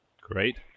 Great